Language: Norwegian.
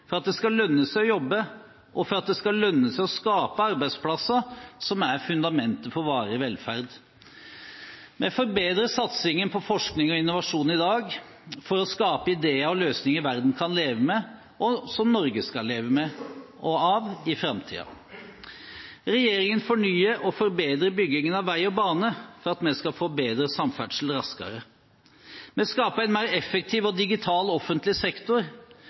for at det skal lønne seg å jobbe og for at det skal lønne seg å skape arbeidsplasser, som er fundamentet for varig velferd. Vi forbedrer satsingen på forskning og innovasjon i dag – for å skape ideene og løsningene verden kan leve med, og som Norge skal leve med og av, i framtiden. Regjeringen fornyer og forbedrer byggingen av vei og bane for at vi skal få bedre samferdsel raskere. Vi skaper en mer effektiv og digital offentlig sektor.